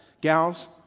gals